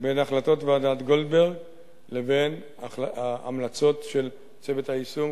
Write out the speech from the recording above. בין החלטות ועדת-גולדברג לבין ההמלצות של צוות היישום,